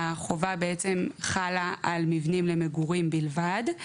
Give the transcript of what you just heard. החובה בעצם חלה על מבנים למגורים בלבד,